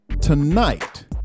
tonight